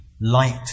light